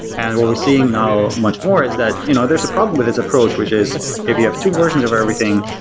and what we're seeing now much more is that you know there's a problem with this approach, which is if you have two versions of everything,